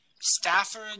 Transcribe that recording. Stafford